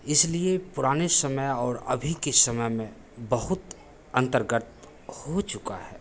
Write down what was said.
इसलिए पुराने समय या अभी के समय में बहुत अंतर्गत हो चुका है